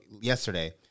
yesterday